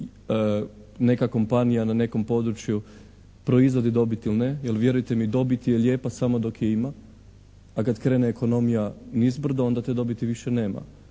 neka kompanija na nekom području proizvodi dobit ili ne, jer vjerujte mi dobit je lijepa samo dok je ima, a kad krene ekonomija nizbrdo onda te dobiti više nema.